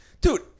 Dude